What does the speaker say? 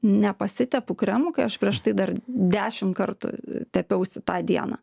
nepasitepu kremu kai aš prieš tai dar dešimt kartų tepiausi tą dieną